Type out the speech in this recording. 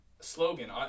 Slogan